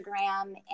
Instagram